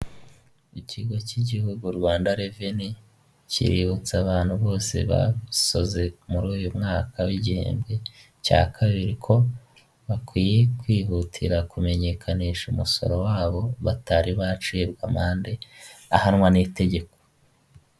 Ikigo cy'igihugu Rwanda reveni, kiributsa abantu bose basoze muri uyu mwaka w'igihembwe cya kabiri ko bakwiye kwihutira kumenyekanisha umusoro wabo batari bacibwa amande ahanwa n'itegeko.